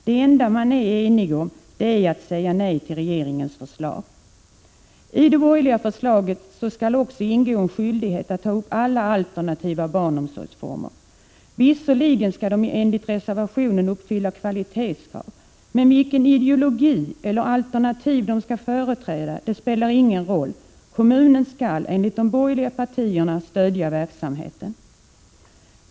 Det enda man har kunnat enas om är att säga nej till regeringens förslag. Enligt det borgerliga förslaget skall också ingå en skyldighet att ta upp alla alternativa barnomsorgsformer. Visserligen skall de enligt reservationen uppfylla kvalitetskrav, men oavsett vilken ideologi eller vilket alternativ de företräder skall kommunen enligt de borgerliga partierna stödja verksamheten.